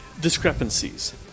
discrepancies